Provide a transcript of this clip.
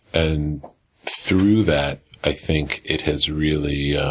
and through that, i think it has really